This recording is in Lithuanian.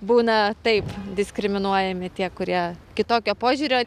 būna taip diskriminuojami tie kurie kitokio požiūrio